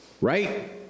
right